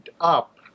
up